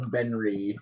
Benry